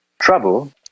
trouble